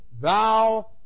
thou